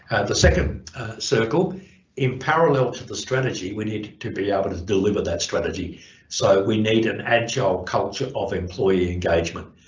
the second circle in parallel to the strategy we need to be able ah but to deliver that strategy so we need an agile culture of employee engagement,